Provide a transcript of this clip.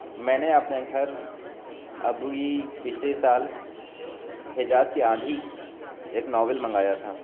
میں نے اپنے گھر ابھی پچھلے سال حجاز کی آندھی ایک ناول منگایا تھا